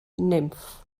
nymff